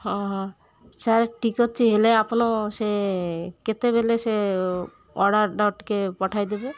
ହଁ ହଁ ସାର୍ ଠିକ୍ ଅଛି ହେଲେ ଆପଣ ସେ କେତେବେଳେ ସେ ଅର୍ଡ଼ରଟା ଟିକେ ପଠାଇଦେବେ